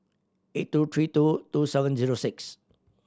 eight two three two two seven zero six